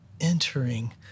entering